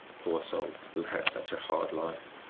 poor souls, who had such a hard life!